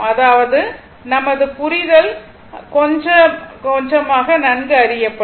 அதாவது நமது புரிதல் கொஞ்சம் கொஞ்சமாக நன்கு அறியப்படும்